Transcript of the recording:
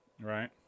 Right